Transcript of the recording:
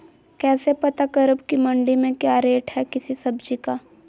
कैसे पता करब की मंडी में क्या रेट है किसी सब्जी का?